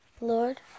Lord